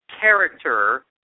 character